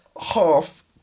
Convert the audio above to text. half